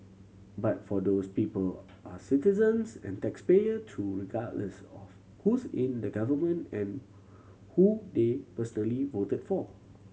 but for those people are citizens and taxpayer too regardless of who's in the government and who they personally voted for